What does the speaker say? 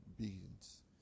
beings